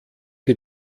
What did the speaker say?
die